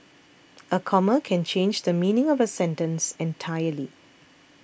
a comma can change the meaning of a sentence entirely